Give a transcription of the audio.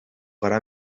gara